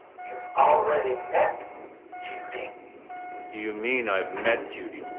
you've already met judy. what do you mean, i've met judy?